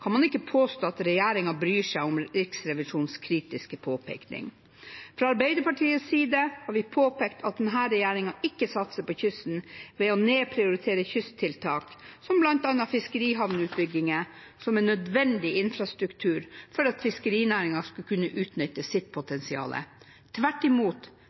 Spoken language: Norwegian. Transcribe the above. kan en ikke påstå at regjeringen bryr seg om Riksrevisjonens kritiske påpekning. Fra Arbeiderpartiets side har vi påpekt at denne regjeringen ikke satser på kysten når den nedprioriterer kysttiltak som bl.a. fiskerihavneutbygging, som er nødvendig infrastruktur for at fiskerinæringen skal kunne utnytte sitt potensial. Tvert